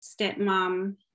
stepmom